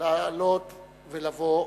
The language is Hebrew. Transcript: לעלות ולבוא,